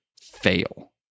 fail